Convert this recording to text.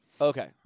Okay